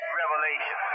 revelation